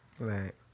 Right